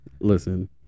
listen